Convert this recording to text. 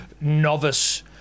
novice